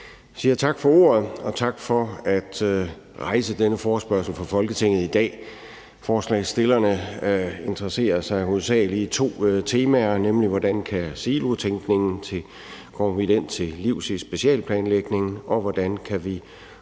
Jeg siger tak for ordet, og tak for at rejse denne forespørgsel for Folketinget i dag. Forslagsstillerne interesserer sig hovedsagelig for to temaer, nemlig hvordan vi kommer silotænkningen til livs i specialeplanlægningen, og hvordan vi